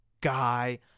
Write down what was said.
guy